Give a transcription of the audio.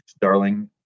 darling